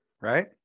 right